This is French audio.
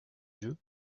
jeu